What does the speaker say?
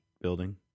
building